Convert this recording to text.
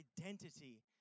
identity